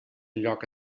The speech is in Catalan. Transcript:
lloc